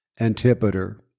Antipater